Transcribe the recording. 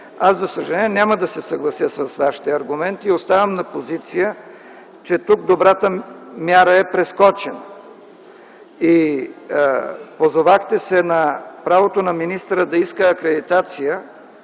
аз за съжаление няма да се съглася с Вашите аргументи и оставам на позиция, че тук добрата мяра е прескочена. Позовахте се на правото на министъра да иска акредитация